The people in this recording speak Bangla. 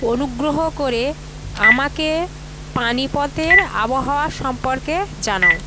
অনুগ্রহ করে আমাকে পাণিপথের আবহাওয়া সম্পর্কে জানাও